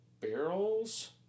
barrels